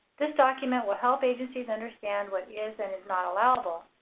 this document will help agencies understand what is and is not allowable.